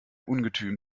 ungetüm